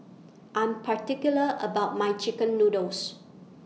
I'm particular about My Chicken Noodles